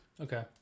okay